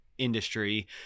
industry